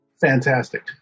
Fantastic